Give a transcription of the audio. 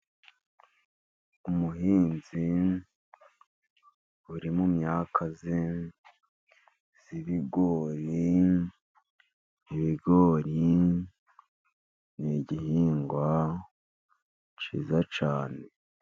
Umuhinzi uri mu myaka ye y'ibigori , ibigori n'igihingwa cyiza cyane.